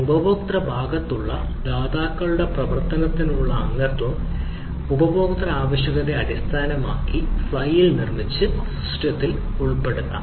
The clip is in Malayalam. ഉപഭോക്തൃ ഭാഗത്തുള്ള ദാതാക്കളുടെ പ്രവർത്തനത്തിനുള്ള അംഗത്വം ഉപയോക്തൃ ആവശ്യകതയെ അടിസ്ഥാനമാക്കി ഫ്ലൈയിൽ നിർമ്മിച്ച് സിസ്റ്റത്തിൽ ഉൾപ്പെടുത്താം